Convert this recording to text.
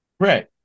Right